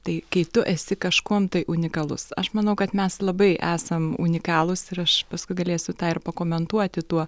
tai kai tu esi kažkuom tai unikalus aš manau kad mes labai esam unikalūs ir aš paskui galėsiu tą ir pakomentuoti tuo